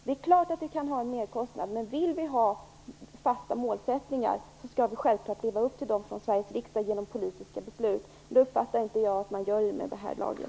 Det är klart att vi kan ha en merkostnad, men om vi vill ha fasta målsättningar skall Sveriges riksdag självfallet leva upp till dem genom politiska beslut. Det uppfattar jag inte att man gör i och med den här lagen.